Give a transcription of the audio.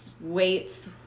weights –